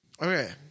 okay